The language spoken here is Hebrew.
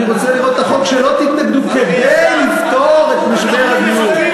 אני רוצה לראות את החוק שלא תתנגדו לו כדי לפתור את משבר הדיור.